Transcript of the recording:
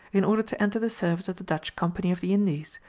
in order to enter the service of the dutch company of the indies,